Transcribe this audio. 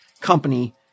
company